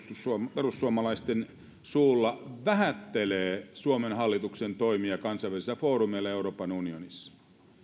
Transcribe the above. perussuomalaisten suulla vähättelee suomen hallituksen toimia kansainvälisillä foorumeilla ja euroopan unionissa